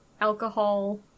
alcohol